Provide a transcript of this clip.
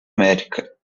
américa